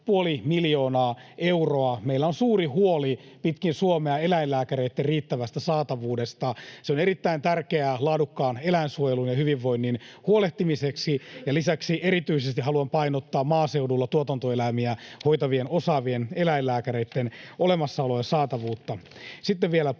puoli miljoonaa euroa. Meillä on suuri huoli pitkin Suomea eläinlääkäreitten riittävästä saatavuudesta. Se on erittäin tärkeää laadukkaan eläinsuojelun ja hyvinvoinnin huolehtimiseksi. Lisäksi erityisesti haluan painottaa maaseudulla tuotantoeläimiä hoitavien osaavien eläinlääkäreitten olemassaoloa ja saatavuutta.